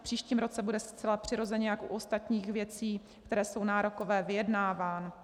V příštím roce bude zcela přirozeně jako u ostatních věcí, které jsou nárokové, vyjednáván.